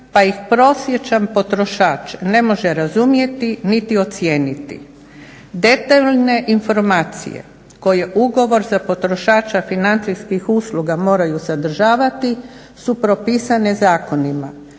pa ih prosječan potrošač ne može razumjeti niti ocijeniti. Detaljne informacije koje ugovor za potrošača financijskih usluga moraju sadržavati su propisane zakonima